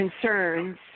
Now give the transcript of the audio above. concerns